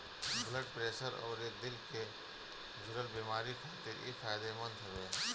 blood pressure अउरी दिल से जुड़ल बेमारी खातिर इ फायदेमंद हवे